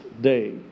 day